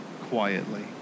quietly